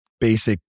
basic